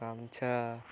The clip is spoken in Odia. ଗାମ୍ଛା